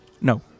No